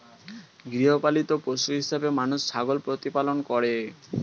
গৃহপালিত পশু হিসেবে মানুষ ছাগল প্রতিপালন করে